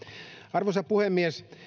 arvoisa puhemies